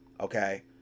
okay